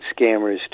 scammers